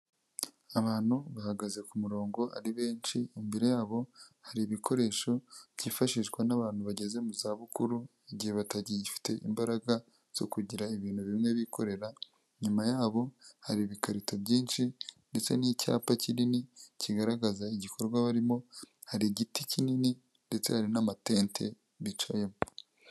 Abantu bahagaze ku murongo ari benshi, imbere yabo hari ibikoresho byifashishwa n'abantu bageze mu zabukuru igihe batagigifite imbaraga zo kugira ibintu bimwe bikorera, inyuma yabo hari ibikarito byinshi ndetse n'icyapa kinini kigaragaza igikorwa barimo hari igiti kinini ndetse hari n'amatente bicayemo.